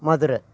Madurai